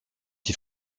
ils